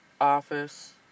office